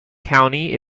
county